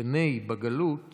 ונהי בגלות